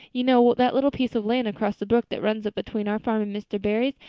you know that little piece of land across the brook that runs up between our farm and mr. barry's.